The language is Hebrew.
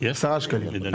עשרה שקלים.